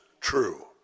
True